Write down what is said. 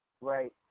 right